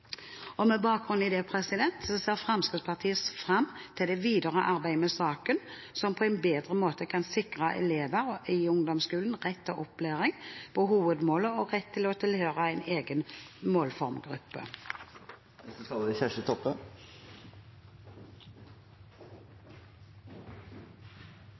Med bakgrunn i dette ser Fremskrittspartiet fram til det videre arbeidet med saken, som på en bedre måte kan sikre elever i ungdomsskolen rett til opplæring på hovedmålet og rett til å tilhøre en egen målformgruppe.